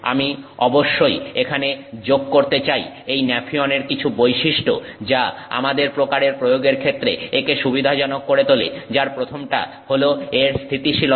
আমি অবশ্যই এখানে যোগ করতে চাই এই ন্যাফিয়নের কিছু বৈশিষ্ট্য যা আমাদের প্রকারের প্রয়োগের ক্ষেত্রে একে সুবিধাজনক করে তোলে যার প্রথমটা হল এর স্থিতিশীলতা